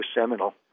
seminal